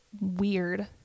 weird